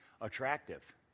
attractive